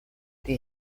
die